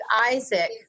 Isaac